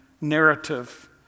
narrative